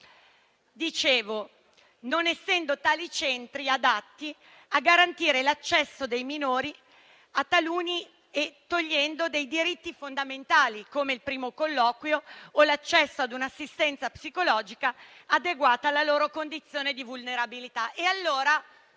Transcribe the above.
dicevo, tali centri non sono adatti a garantire l'accesso dei minori e tolgono dei diritti fondamentali come il primo colloquio o l'accesso ad un'assistenza psicologica adeguata alla loro condizione di vulnerabilità.